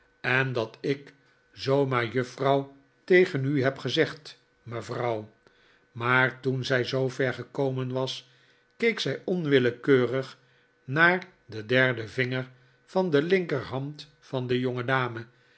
en dat ik zoo maar juffrouw tegen u heb gezegd mevrouw maar toen zij zoover gekomen was keek zij onwillekeurig naar den derden vinger van de linkerhand van de jongedame